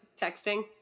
texting